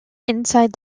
inside